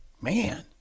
Man